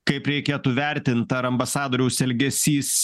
kaip reikėtų vertint ar ambasadoriaus elgesys